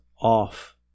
off